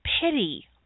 pity